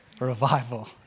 Revival